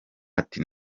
ati